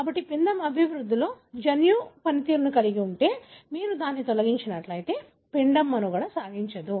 కాబట్టి పిండం అభివృద్ధిలో జన్యువు పనితీరును కలిగి ఉంటే మీరు దాన్ని తొలగించినట్లయితే పిండం మనుగడ సాగించదు